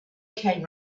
came